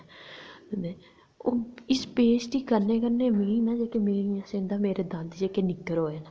ते ओह् इस पेस्ट गी करने आस्तै ना जेह्के मेरे दंद जेह्के निग्गर होए न